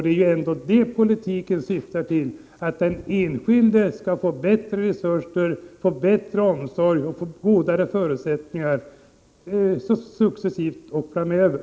Det är ju ändå det politiken syftar till, att den enskilde skall få bättre resurser, bättre omsorg och bättre förutsättningar successivt och framöver.